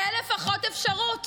-- תהיה לפחות אפשרות